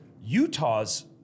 Utah's